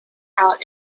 out